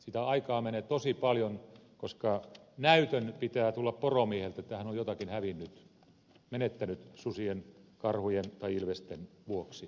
sitä aikaa menee tosi paljon koska näytön pitää tulla poromieheltä että häneltä on jotakin hävinnyt on menettänyt susien karhujen tai ilvesten vuoksi